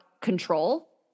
control